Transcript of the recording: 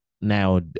now